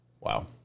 Wow